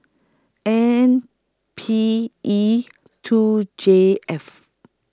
N P E two J F